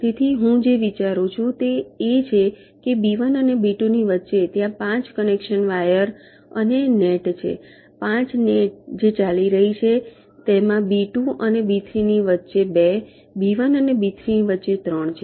તેથી હું જે વિચારું છું તે એ છે કે B1 અને B2 ની વચ્ચે ત્યાં 5 કનેક્શન વાયર અને નેટ છે 5 નેટ જે ચાલી રહી છેતેમાં B2 અને B3 ની વચ્ચે 2 B1 અને B3 વચ્ચે 3 છે